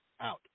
out